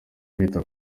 bita